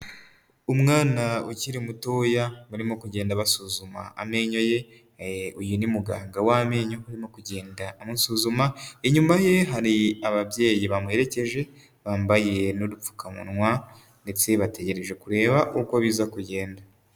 Umwana ukiri mutoya barimo kugenda basuzuma amenyo ye, uyu ni muganga w'amenyo urimo kugenda amusuzuma, inyuma ye hari ababyeyi bamuherekeje bambaye n'udupfukamunwa ndetse bategereje kureba uko biza kugenda.